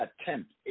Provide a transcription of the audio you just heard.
attempt